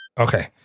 Okay